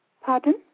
Pardon